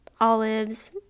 olives